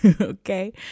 Okay